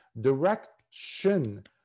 direction